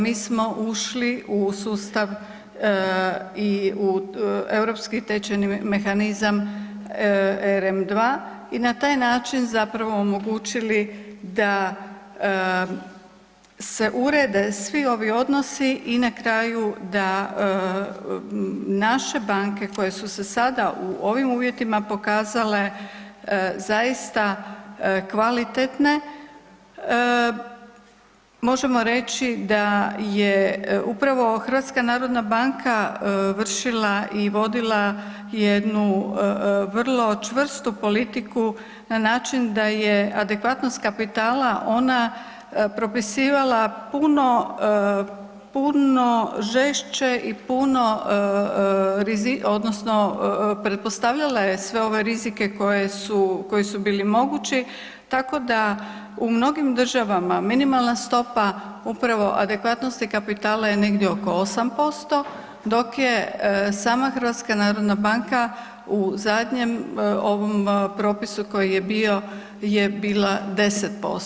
Mi smo ušli u sustav i u Europski tečajni mehanizam ERM 2 i na taj način zapravo omogućili da se urede svi ovi odnosi i na kraju da naše banke koje su se sada u ovim uvjetima pokazale zaista kvalitetne, možemo reći da je upravo HNB vršila i vodila jednu vrlo čvrstu politiku na način da je adekvatno s kapitala ona propisivala puno, puno žešće i puno odnosno pretpostavljala je sve ove rizike koje su, koji su bili mogući, tako da u mnogim državama minimalna stopa upravo adekvatnosti kapitala je negdje oko 8%, dok je sama HNB u zadnjem ovom propisu koji je bio je bila 10%